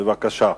בבקשה.